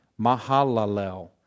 Mahalalel